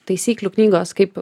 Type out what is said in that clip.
taisyklių knygos kaip